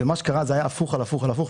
ומה שקרה זה היה הפוך על הפוך על הפוך,